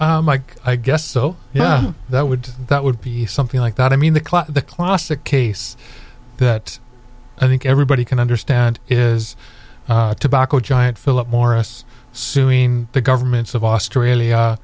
mike i guess so yeah that would that would be something like that i mean the the classic case that i think everybody can understand is tobacco giant philip morris suing the governments of